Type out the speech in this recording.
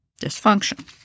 dysfunction